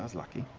lucky.